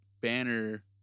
banner